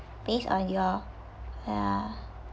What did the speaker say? based on your yeah